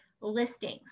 listings